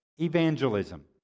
evangelism